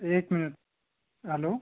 एक minute hello